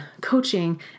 coaching